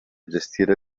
gestire